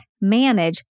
manage